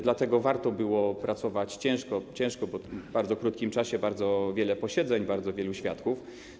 Dlatego warto było pracować ciężko - ciężko, bo w bardzo krótkim czasie bardzo wiele posiedzeń, bardzo wielu świadków.